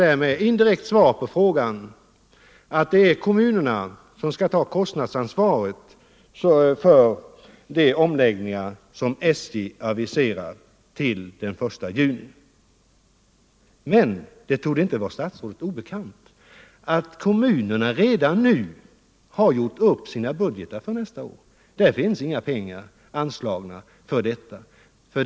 Därmed fick jag indirekt det svaret att det är kommunerna som skall ta ansvaret för kostnaderna i samband med de omläggningar som SJ aviserar till den 1 juli. Men det torde inte vara statsrådet obekant att kommunerna redan har gjort upp sin budget för nästa år. Där finns inga pengar anslagna för detta ändamål.